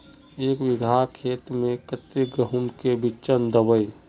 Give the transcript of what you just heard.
एक बिगहा खेत में कते गेहूम के बिचन दबे?